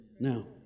now